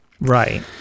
Right